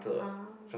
oh